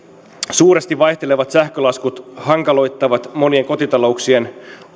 suuresti vaihtelevat sähkölaskut hankaloittavat monien kotitalouksien